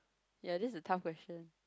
ya this is a tough question